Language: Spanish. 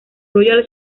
royal